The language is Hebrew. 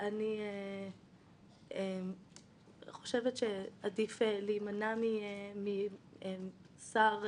בית המשפט יצטרך למנות מומחה מטעמו שיעריך מה הנזק